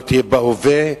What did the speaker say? הם לא בהווה,